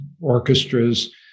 orchestras